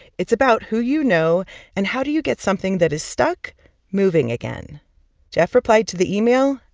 it's about who you know and how do you get something that is stuck moving again jeff replied to the email,